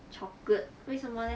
chocolate 为什么 leh